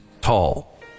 tall